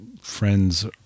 friends